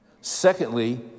Secondly